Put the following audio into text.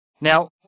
Now